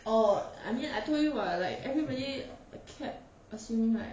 orh I mean I told you [what] like everybody kept assuming like